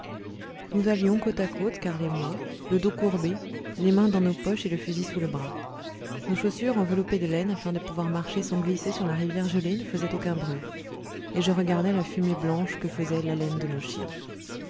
nous allions côte à côte karl et moi le dos courbé les mains dans nos poches et le fusil sous le bras nos chaussures enveloppées de laine afin de pouvoir marcher sans glisser sur la rivière gelée ne faisaient aucun bruit et je regardais la fumée blanche que faisait l'haleine de nos chiens